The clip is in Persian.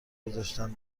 گذاشتن